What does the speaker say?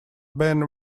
being